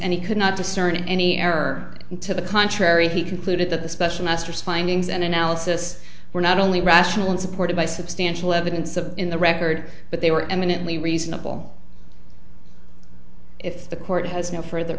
he could not discern any error to the contrary he concluded that the special masters findings and analysis were not only rational and supported by substantial evidence of in the record but they were eminently reasonable if the court has no further